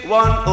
one